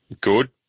good